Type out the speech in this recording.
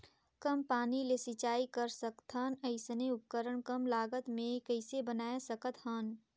कम पानी ले सिंचाई कर सकथन अइसने उपकरण कम लागत मे कइसे बनाय सकत हन?